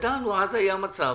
אז היה מצב